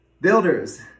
Builders